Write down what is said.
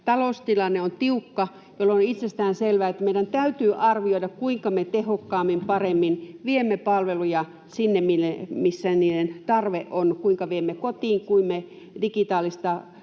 Taloustilanne on tiukka, jolloin on itsestään selvää, että meidän täytyy arvioida, kuinka me tehokkaammin ja paremmin viemme palveluja sinne, missä niiden tarve on, kuinka viemme kotiin, kuinka me myös digitaalista